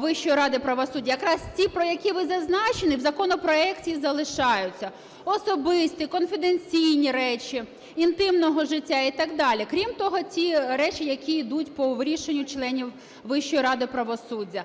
Вищої ради правосуддя, якраз ті, про які ви зазначили, в законопроекті залишаються: особисті, конфіденційні речі, інтимного життя і так далі. Крім того, ті речі, які йдуть по рішенню членів Вищої ради правосуддя.